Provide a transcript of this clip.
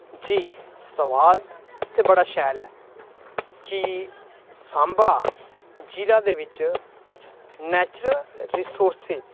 जी सवाल ते बड़ा शैल ऐ कि सांबा जिला दे बिच्च नेचुरल रिसोर्सिस